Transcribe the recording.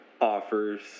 offers